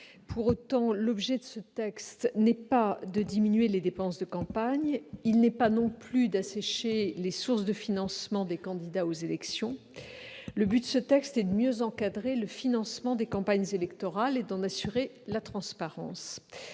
Pour autant, l'objet de ce texte n'est pas de diminuer les dépenses de campagne, et il n'est pas non plus d'assécher les sources de financement des candidats aux élections. L'objet est de mieux encadrer le financement des campagnes électorales et d'en assurer la transparence.